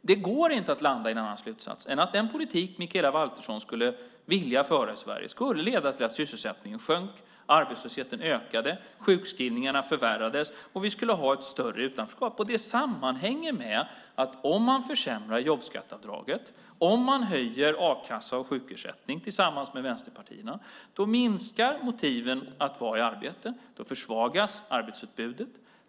det går att landa i en annan slutsats än att den politik som Mikaela Valtersson skulle vilja föra i Sverige skulle leda till att sysselsättningen sjönk, arbetslösheten ökade, sjukskrivningarna förvärrades och till att vi skulle ha ett större utanförskap. Det sammanhänger med att om man försämrar jobbskatteavdraget, om man höjer a-kassa och sjukersättning, tillsammans med vänsterpartierna, minskar motiven att vara i arbete. Då försvagas arbetsutbudet.